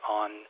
on